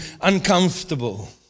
uncomfortable